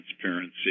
transparency